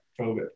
COVID